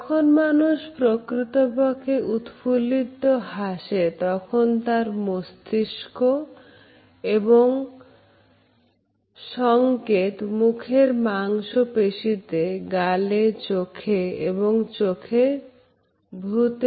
যখন মানুষ প্রকৃতপক্ষে উৎফুল্লিত হাসে তখন তার মস্তিষ্ক থেকে সংকেত মুখের মাংস পেশিতে গালে চোখে এবং চোখের ভ্রুতে